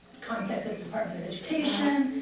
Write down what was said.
contacted the department of education.